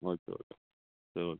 okay okay சரி okay